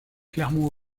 clermont